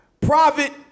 private